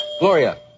Gloria